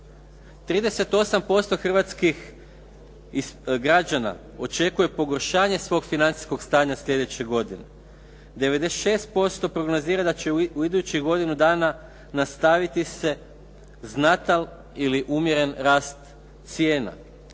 38% hrvatskih građana očekuje pogoršanje svog financijskog stanja sljedeće godine. 96% prognozira da će u idućih godinu dana nastaviti se znatan ili umjeren rast cijena.